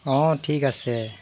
অঁ ঠিক আছে